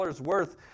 worth